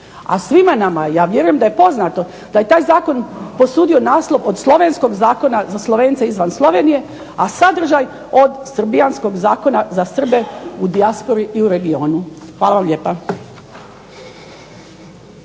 a svima nama ja vjerujem da je poznato da je taj Zakon posudio naslov od slovenskog zakona za Slovence izvan Slovenije a sadržaj za Srbe u dijaspori i u regionu. Hvala lijepa.